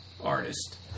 artist